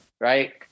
right